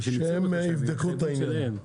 שהם יבדקו את העניינים.